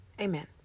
Amen